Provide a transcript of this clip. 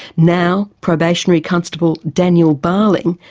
now, probationary constable daniel barling,